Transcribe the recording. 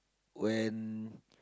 when